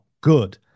good